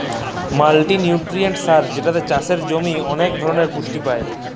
multinutrient সার যেটাতে চাসের জমি ওলেক ধরলের পুষ্টি পায়